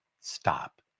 Stop